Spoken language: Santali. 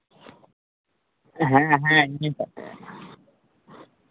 ᱦᱮᱸ ᱦᱮᱸ ᱤᱧ